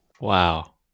Wow